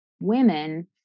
women